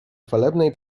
chwalebnej